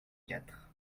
quatre